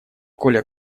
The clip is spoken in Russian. коля